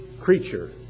creature